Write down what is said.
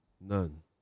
None